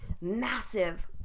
massive